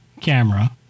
camera